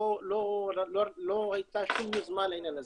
לא הייתה שום יוזמה לעניין הזה.